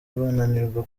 bananirwa